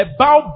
bow